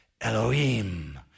Elohim